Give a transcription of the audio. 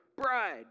bride